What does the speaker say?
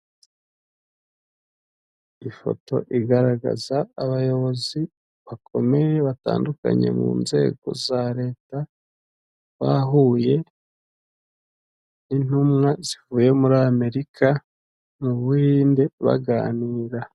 Ifoto igaragaza abayobozi bakomeye batandukanye mu nzego za leta, bahuye n'intumwa zivuye muri Amerika, mu Buhinde baganira.